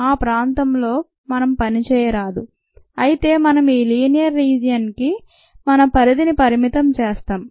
ఈ ప్రాంతంలో మనం పనిచేయరాదు అయితే మనం ఈ లీనియర్ రీజన్ కి మన పరిధిని పరిమితం చేస్తాం